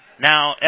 Now